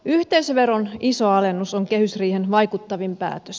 yhteisöveron iso alennus on kehysriihen vaikuttavin päätös